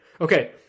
Okay